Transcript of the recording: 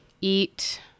eat